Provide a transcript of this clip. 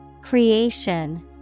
Creation